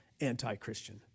anti-Christian